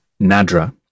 Nadra